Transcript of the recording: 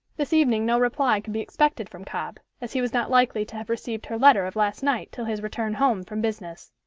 this evening no reply could be expected from cobb, as he was not likely to have received her letter of last night till his return home from business.